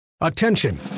Attention